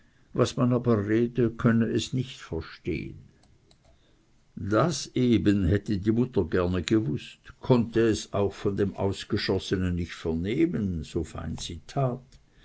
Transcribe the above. was man aber rede könne es nicht verstehen das eben hätte die mutter gerne gewußt konnte es auch von dem ausgeschossenen nicht vernehmen so fein sie tat